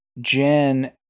Jen